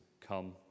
come